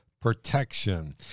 protection